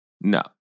No